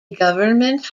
government